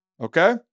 Okay